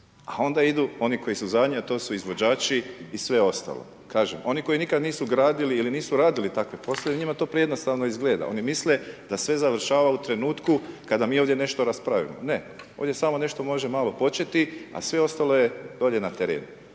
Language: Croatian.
A onda idu oni koji su zadnji, a to su izvođači i sve ostalo. Kažem, oni koji nikada nisu gradili ili nisu radili takve poslove, njima to prejednostavno izgleda, oni misle da sve završava u trenutku kada mi ovdje nešto raspravimo. Ne, ovdje samo nešto može malo početi, a sve ostalo je dolje na terenu.